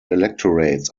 electorates